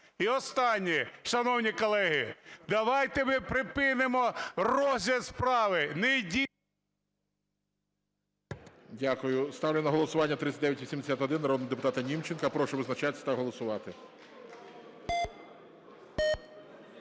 І останнє. Шановні колеги, давайте ми припинимо розгляд справи.